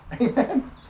Amen